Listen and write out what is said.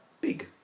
big